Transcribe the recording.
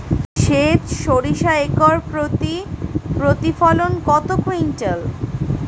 সেত সরিষা একর প্রতি প্রতিফলন কত কুইন্টাল?